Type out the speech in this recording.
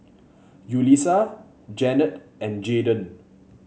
Yulisa Janet and Jayden